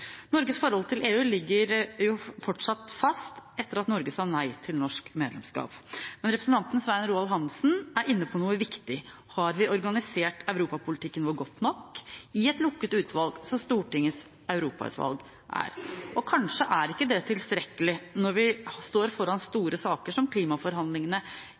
Norges forhold til EU ligger fortsatt fast etter at Norge sa nei til norsk medlemskap. Men representanten Svein Roald Hansen er inne på noe viktig: Har vi organisert europapolitikken vår godt nok i et lukket utvalg, som Stortingets europautvalg er? Kanskje er ikke det tilstrekkelig når vi står foran store saker som klimaforhandlingene